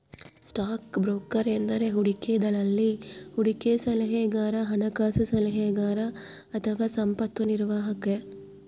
stock broker ಎಂದರೆ ಹೂಡಿಕೆ ದಲ್ಲಾಳಿ, ಹೂಡಿಕೆ ಸಲಹೆಗಾರ, ಹಣಕಾಸು ಸಲಹೆಗಾರ ಅಥವಾ ಸಂಪತ್ತು ನಿರ್ವಾಹಕ